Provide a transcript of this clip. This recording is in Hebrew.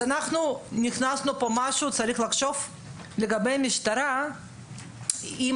הכנסנו כאן משהו וצריך לחשוב לגבי משטרה - אם